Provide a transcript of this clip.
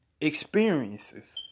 experiences